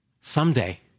Someday